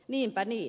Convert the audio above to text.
niinpä niin